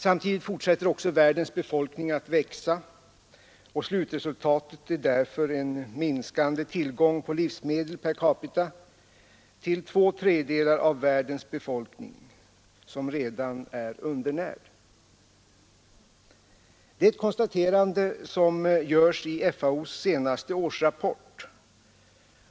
Samtidigt fortsätter också världens befolkning att växa, och slutresultatet är därför en minskande tillgång på livsmedel per capita till två tredjedelar av världens befolkning, som redan är undernärd. Det är ett konstaterande som görs i FAO:s senaste årsrapport.